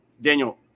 Daniel